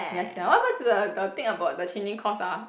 ya sia what happen the the thing about the changing course ah